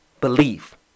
belief